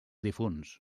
difunts